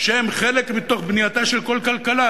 שהם מתוך בנייתה של כל כלכלה,